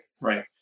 right